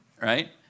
right